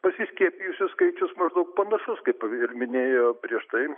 pasiskiepijusių skaičius maždaug panašus kaip ir minėjo prieš tai